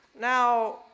now